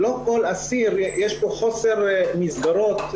יש פה חוסר מסגרות.